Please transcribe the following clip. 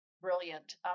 brilliant